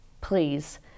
Please